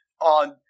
on